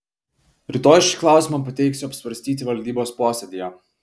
rytoj šį klausimą pateiksiu apsvarstyti valdybos posėdyje